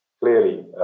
clearly